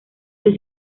los